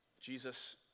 Jesus